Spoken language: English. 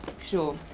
sure